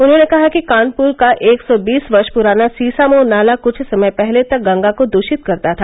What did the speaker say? उन्होंने कहा कि कानपुर का एक सौ बीस वर्ष पुराना सीसामऊ नाला कुछ समय पहले तक गंगा को दूषित करता था